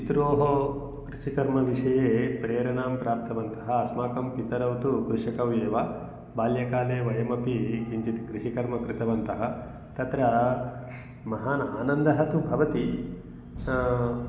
पित्रोः कृषिकर्मविषये प्रेरणां प्राप्तवन्तः अस्माकं पितरौ तु कृषिकौ एव बाल्यकाले वयमपि किञ्चित् कृषिकर्म कृतवन्तः तत्र महान् आनन्दः तु भवति